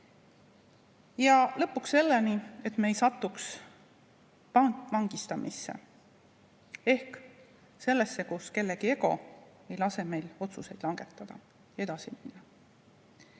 ja lõpuks sellele, et me ei satuks pantvangistamisse ehk sinna, kus kellegi ego ei lase meil otsuseid langetada, edasi